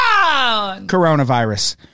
coronavirus